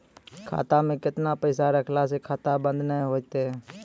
खाता मे केतना पैसा रखला से खाता बंद नैय होय तै?